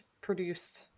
produced